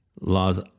Laws